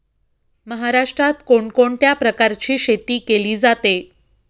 महाराष्ट्रात कोण कोणत्या प्रकारची शेती केली जाते?